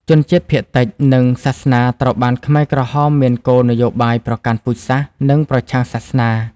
ជនជាតិភាគតិច និងសាសនាត្រូវបានខ្មែរក្រហមមានគោលនយោបាយប្រកាន់ពូជសាសន៍ និងប្រឆាំងសាសនា។